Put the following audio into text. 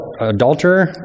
adulterer